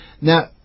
Now